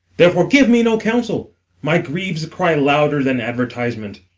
therefore give me no counsel my griefs cry louder than advertisement.